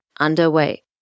underway